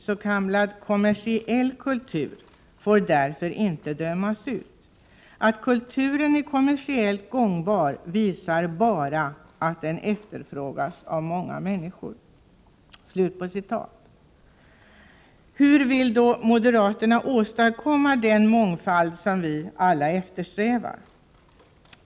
S.k. kommersiell kultur får därför inte dömas ut. Att kulturen är kommersiellt gångbar visar bara att den efterfrågas av många männniskor.” Hur vill då moderaterna åstadkomma den mångfald som vi alla eftersträvar?